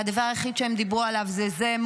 והדבר היחיד שהם דיברו עליו זה זה,